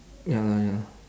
ya lah ya